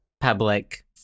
public